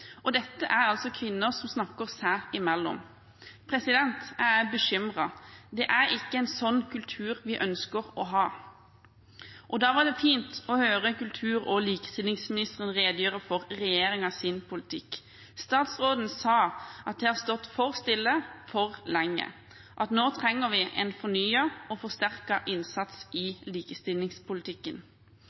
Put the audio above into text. Dette er altså kvinner som snakker seg imellom. Jeg er bekymret. Det er ikke en sånn kultur vi ønsker å ha. Da var det fint å høre kultur- og likestillingsministeren redegjøre for regjeringens politikk. Statsråden sa at det har stått for stille for lenge, at vi nå trenger en fornyet og forsterket innsats i likestillingspolitikken.